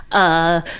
ah,